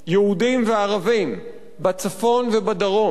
יהודים וערבים, בצפון ובדרום,